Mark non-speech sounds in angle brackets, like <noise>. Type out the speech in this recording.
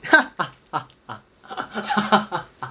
<laughs>